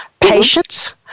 patience